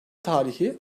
tarihi